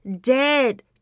dead